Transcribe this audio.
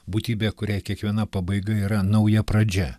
būtybė kuriai kiekviena pabaiga yra nauja pradžia